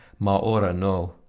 ma ora no.